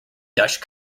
dutch